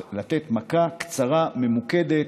לתת מכה קצרה, ממוקדת,